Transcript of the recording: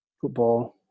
football